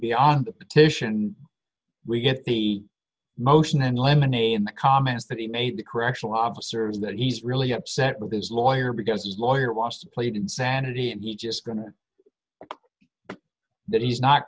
beyond the petition we get the motion and lemonade the comments that he made to correctional officers that he's really upset with his lawyer because his lawyer last played insanity and he just that he's not